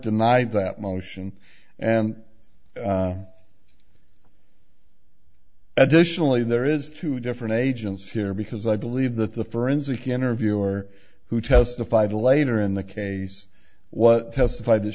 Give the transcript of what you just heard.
tonight that motion and additionally there is two different agents here because i believe that the forensic interviewer who testified later in the case was testified that